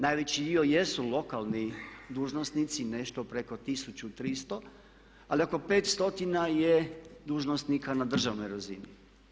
Najveći dio jesu lokalni dužnosnici, nešto preko 1300 a oko 5 stotina je dužnosnika na državnoj razini.